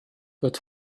wird